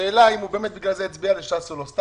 השאלה אם בגלל זה הצביע לש"ס או לא...